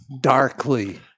darkly